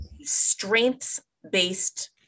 Strengths-based